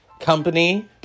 Company